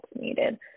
needed